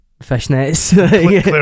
fishnets